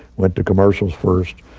went to commercials first.